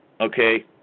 okay